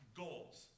goals